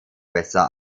besser